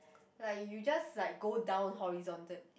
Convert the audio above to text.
like you just like go down horizontal